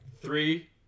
Three